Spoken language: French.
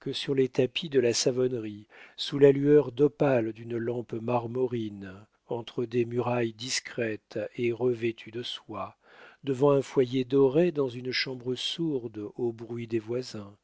que sur les tapis de la savonnerie sous la lueur d'opale d'une lampe marmorine entre des murailles discrètes et revêtues de soie devant un foyer doré dans une chambre sourde au bruit des voisins